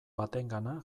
batengana